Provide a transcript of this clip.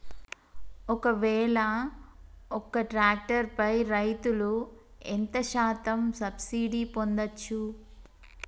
ఒక్కవేల ఒక్క ట్రాక్టర్ పై రైతులు ఎంత శాతం సబ్సిడీ పొందచ్చు?